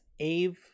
Ave